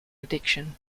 addiction